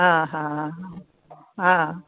हा हा हा